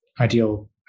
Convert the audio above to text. ideal